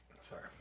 sorry